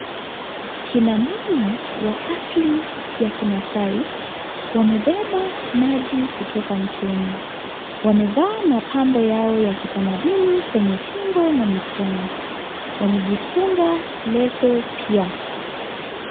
Kina mama wa asili ya kimaasai wamebeba maji kutoka mtoni, wamevaa mapambo yao ya kitamaduni kwenye shingo na mikono wamejifunga leso pia.